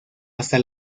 hasta